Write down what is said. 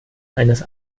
eines